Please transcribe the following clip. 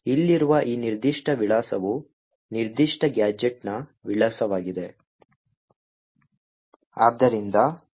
ಇಲ್ಲಿರುವ ಈ ನಿರ್ದಿಷ್ಟ ವಿಳಾಸವು ನಿರ್ದಿಷ್ಟ ಗ್ಯಾಜೆಟ್ನ ವಿಳಾಸವಾಗಿದೆ